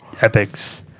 epics